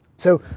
so,